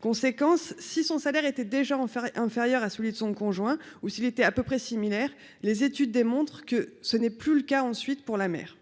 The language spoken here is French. conséquence si son salaire était déjà en fait inférieur à celui de son conjoint ou s'il était à peu près similaire, les études démontrent que ce n'est plus le cas, ensuite pour la mer,